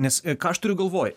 nes ką aš turiu galvoj